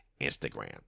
Instagram